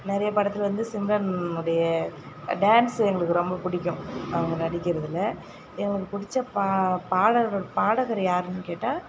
நிறைய படத்தில் வந்து சிம்ரன் உடைய டான்ஸு எங்களுக்கு ரொம்ப பிடிக்கும் அவங்க நடிக்கிறதில் எங்களுக்கு பிடிச்ச பா பாடல்கள் பாடகர் யாருன்னு கேட்டால்